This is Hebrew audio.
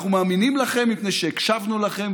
אנחנו מאמינים לכם מפני שהקשבנו לכם,